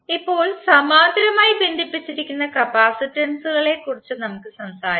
ഇപ്പോൾ സമാന്തരമായി ബന്ധിപ്പിച്ചിരിക്കുന്ന കപ്പാസിറ്ററുകളെക്കുറിച്ച് നമുക്ക് സംസാരിക്കാം